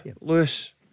Lewis